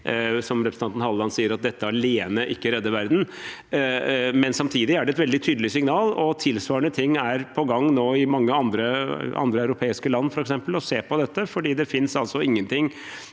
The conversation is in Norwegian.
som representanten Halleland sier, at dette alene ikke redder verden, men samtidig er det et veldig tydelig signal. Tilsvarende ting er på gang nå i mange andre europeiske land f.eks., for å se på dette, for det finnes altså ingenting